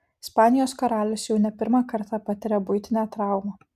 ispanijos karalius jau ne pirmą kartą patiria buitinę traumą